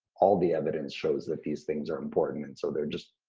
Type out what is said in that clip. all the evidence shows that these things are important and so they're just,